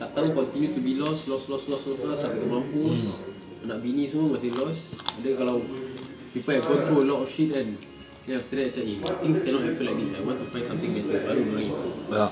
tak tahu continue to be lost lost lost lost lost lost sampai ke mampus anak bini semua masih lost ada kalau people have gone through a lot of shit kan then after that macam eh things cannot happen like this ah I want to find something better baru dorang improve